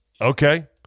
Okay